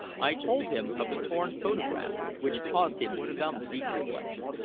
i told him of the torn photograph, which caused him some deep reflection.